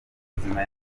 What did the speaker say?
ubuzima